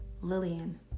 Lillian